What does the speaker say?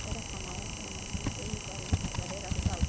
ଡାକ୍ତରଖାନାର ଉନ୍ନତି ଏହିପରି ଭାବରେ ରହିବା